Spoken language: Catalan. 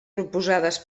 proposades